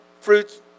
fruits